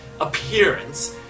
appearance